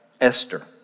Esther